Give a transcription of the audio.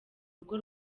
rugo